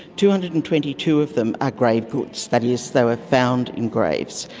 two hundred and twenty two of them are grave goods, that is they were found in graves,